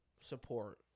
support